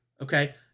Okay